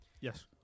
Yes